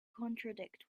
contradict